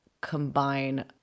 combine